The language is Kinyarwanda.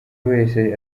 wese